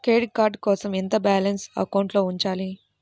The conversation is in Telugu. క్రెడిట్ కార్డ్ కోసం ఎంత బాలన్స్ అకౌంట్లో ఉంచాలి?